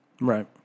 Right